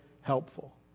helpful